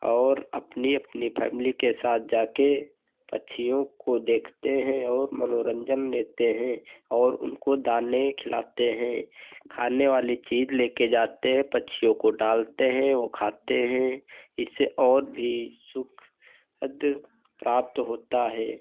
और अपनी अपनी फ़ैमिली के साथ जाकर पक्षियों को देखते हैं और मनोरन्जन लेते हैं और उनको दाने खिलाते हैं खाने वाली चीज़ लेकर जाते हैं पक्षियों को डालते हैं वह खाते हैं इससे और भी सुख प्राप्त होता है